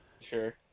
Sure